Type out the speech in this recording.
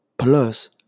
Plus